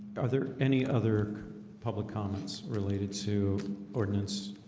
are there any other public comments related to ordinance?